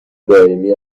دائمی